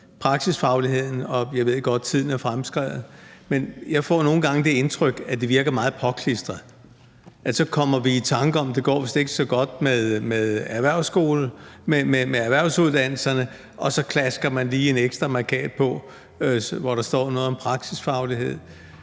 praksisfagligheden – jeg ved godt, tiden er fremskreden – for jeg får nogle gange det indtryk, at det virker meget påklistret. Vi kommer pludselig i tanke om, at det vist ikke går så godt med erhvervsuddannelserne, og så klasker man lige en ekstra mærkat på, hvor der står noget om praksisfaglighed.